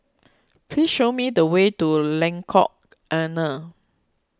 please show me the way to Lengkok Enam